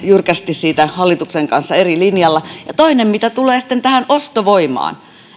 jyrkästi siitä hallituksen kanssa eri linjalla toiseksi mitä tulee sitten tähän ostovoimaan